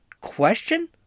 question